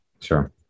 sure